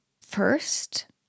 first